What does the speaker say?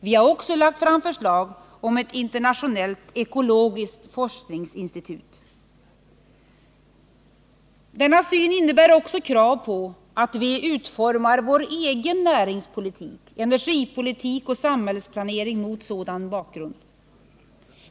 Vi har också lagt fram förslag om ett internationellt ekologiskt forskningsinstitut. Denna syn innebär också krav på att vi utformar vår egen näringspolitik, energipolitik och samhällsplanering mot sådan bakgrund.